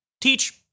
teach